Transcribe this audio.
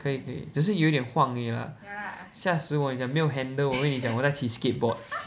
可以可以只是有一点晃而已 lah 吓死我你讲没有 handle 我以为你讲我在骑 skateboard